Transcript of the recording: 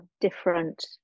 different